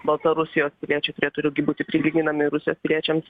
baltarusijos piliečiai turėtų irgi būti prilyginami rusijos piliečiams